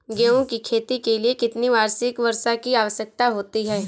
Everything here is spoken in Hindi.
गेहूँ की खेती के लिए कितनी वार्षिक वर्षा की आवश्यकता होती है?